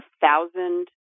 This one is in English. thousand